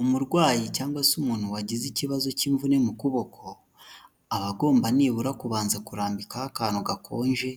Umurwayi cyangwa se umuntu wagize ikibazo cy'imvune mu kuboko aba agomba nibura kubanza kurambika ho akantu gakonje